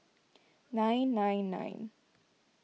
nine nine nine